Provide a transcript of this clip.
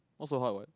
what's so hard about it